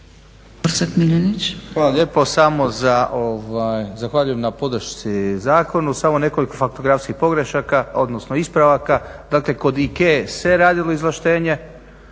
Hvala lijepa. Samo zahvaljujem na podršci zakonu. samo nekoliko faktografskih ispravaka. Dakle kod IKEA-e se radilo izvlaštenje,